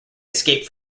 escaped